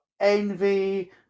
envy